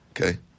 okay